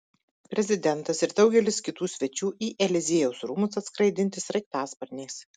prezidentas ir daugelis kitų svečių į eliziejaus rūmus atskraidinti sraigtasparniais